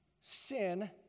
sin